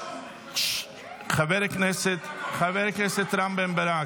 חבר הכנסת רם בן ברק.